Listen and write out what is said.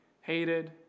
hated